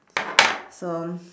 so